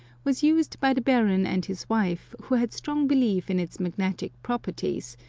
was used by the baron and his wife, who had strong belief in its magnetic properties,